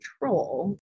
control